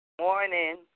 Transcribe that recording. Morning